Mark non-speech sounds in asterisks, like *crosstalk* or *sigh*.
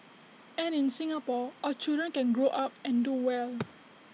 and in Singapore our children can grow up and do well *noise*